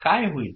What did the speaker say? काय होईल